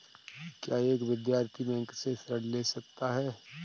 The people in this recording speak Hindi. क्या एक विद्यार्थी बैंक से ऋण ले सकता है?